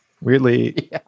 Weirdly